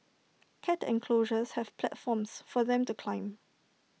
cat enclosures have platforms for them to climb